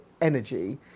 energy